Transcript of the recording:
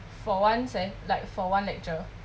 for one se~ like for one lecture